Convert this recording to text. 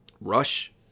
Rush